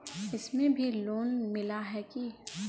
इसमें भी लोन मिला है की